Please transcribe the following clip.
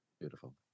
Beautiful